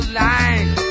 line